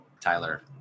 Tyler